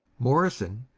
morrison,